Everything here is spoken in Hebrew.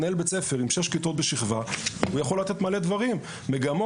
מנהל בית ספר עם 6 כיתות בשכבה יכול לתלת מלא דברים ומגמות.